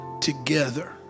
Together